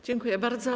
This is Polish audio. Dziękuję bardzo.